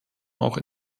auch